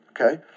okay